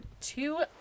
two